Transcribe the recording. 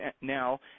now